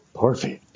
Perfect